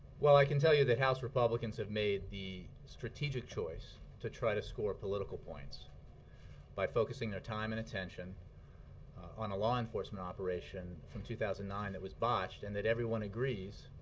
well, i can tell you that house republicans have made the strategic choice to try to score political points by focusing their time and attention on a law enforcement operation from two thousand and nine that was botched and that everyone agrees